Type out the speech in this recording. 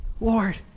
lord